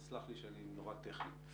אבל סלח לי שאני נורא טכני.